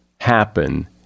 happen